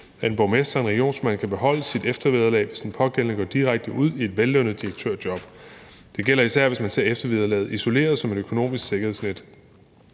at en borgmester og en regionsrådsformand kan beholde sit eftervederlag, hvis den pågældende går direkte ud i et vellønnet direktørjob. Det gælder især, hvis man ser eftervederlaget isoleret som et økonomisk sikkerhedsnet.